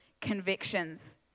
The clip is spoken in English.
convictions